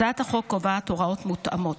הצעת החוק קובעת הוראות מותאמות.